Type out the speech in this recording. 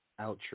outro